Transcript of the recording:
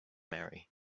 marry